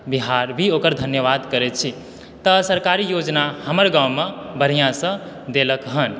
बिहार भी ओकर धन्यवाद करैत छी तऽ सरकारी योजना हमर गाँवमे बढ़िआँसँ देलक हन